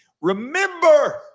remember